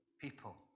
people